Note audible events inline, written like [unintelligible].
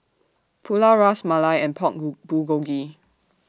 Pulao Ras Malai and Pork [unintelligible] Bulgogi